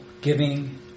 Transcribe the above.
giving